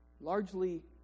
largely